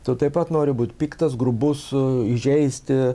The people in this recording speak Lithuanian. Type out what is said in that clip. tu taip pat nori būt piktas grubus įžeisti